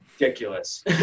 ridiculous